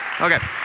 okay